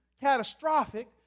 catastrophic